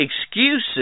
excuses